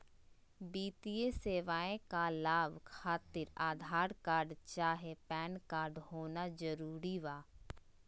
वित्तीय सेवाएं का लाभ खातिर आधार कार्ड चाहे पैन कार्ड होना जरूरी बा?